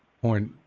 point